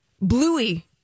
Bluey